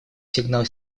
сигнал